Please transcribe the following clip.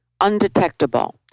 Undetectable